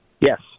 Yes